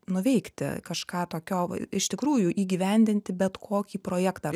nuveikti kažką tokio iš tikrųjų įgyvendinti bet kokį projektą